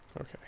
Okay